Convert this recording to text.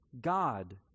God